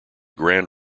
grand